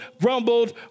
grumbled